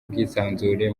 bwisanzure